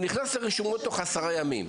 הוא נכנס לרשומות תוך עשרה ימים.